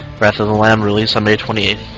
wrath of the lamb release on may twenty eight!